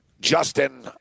Justin